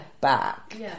back